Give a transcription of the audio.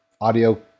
audio